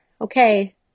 Okay